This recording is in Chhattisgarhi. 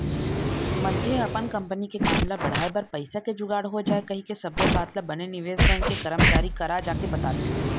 मनखे ह अपन कंपनी के काम ल बढ़ाय बर पइसा के जुगाड़ हो जाय कहिके सब्बो बात ल बने निवेश बेंक के करमचारी करा जाके बताथे